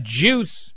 juice